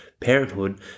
parenthood